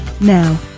Now